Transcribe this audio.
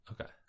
Okay